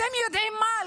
אתם יודעים מה?